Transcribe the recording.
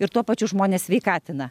ir tuo pačiu žmones sveikatina